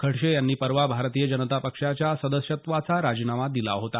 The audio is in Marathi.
खडसे यांनी परवा भारतीय जनता पक्षाच्या सदस्यत्वाचा राजीनामा दिला होता